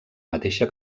mateixa